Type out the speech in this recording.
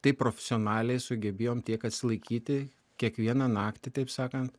taip profesionaliai sugebėjom tiek atsilaikyti kiekvieną naktį taip sakant